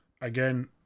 Again